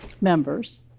members